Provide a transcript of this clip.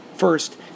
First